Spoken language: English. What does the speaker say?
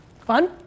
Fun